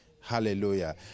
Hallelujah